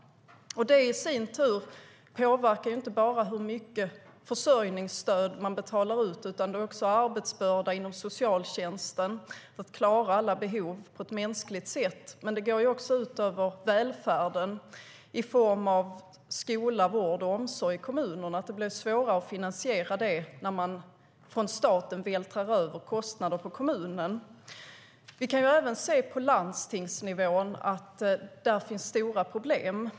Det i sin tur påverkar inte bara hur mycket försörjningsstöd som man betalar ut utan också arbetsbördan inom socialtjänsten för att klara alla behov på ett mänskligt sätt. Det går också ut över välfärden i form av skola, vård och omsorg i kommunerna. Det blir svårare att finansiera det när staten vältrar över kostnader på kommunen. Vi kan även se på landstingsnivån att det finns stora problem.